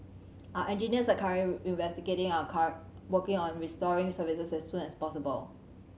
our engineers are currently investigating and are car working on restoring services as soon as possible